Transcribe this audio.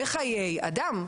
בחיי אדם,